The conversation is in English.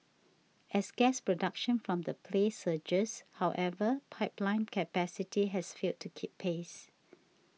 as gas production from the play surges however pipeline capacity has failed to keep pace